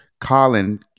Colin